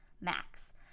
Max